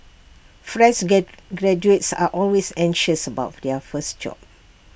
fresh get graduates are always anxious about their first job